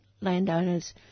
landowners